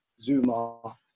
Zuma